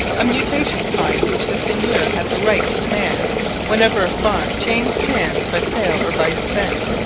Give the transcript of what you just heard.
a mutation fine which the seigneur had the right to demand whenever a farm changed hands by sale or by descent,